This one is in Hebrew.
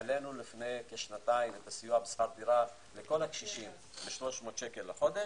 העלינו לפני כשנתיים את הסיוע בשכר דירה לכל הקשישים ב-300 שקל בחודש.